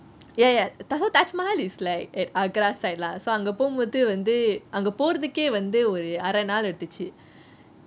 ya ya so taj mahal is like at agra side lah so அங்க போமோது வந்து அங்க போரத்துக்கே வந்து ஒரு அரைநாள் எடுத்துச்சு:angeh pomothu vanthu angeh porethukeh vanthu oru areynaal eduthuchu